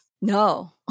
No